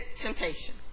temptation